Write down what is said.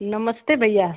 नमस्ते भैया